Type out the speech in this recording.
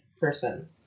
person